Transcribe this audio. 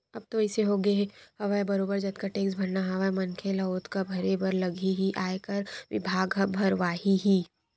अब तो अइसे होगे हवय बरोबर जतका टेक्स भरना हवय मनखे ल ओतका भरे बर लगही ही आयकर बिभाग ह भरवाही ही